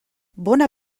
bona